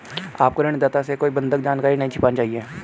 आपको ऋणदाता से कोई बंधक जानकारी नहीं छिपानी चाहिए